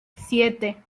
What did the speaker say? siete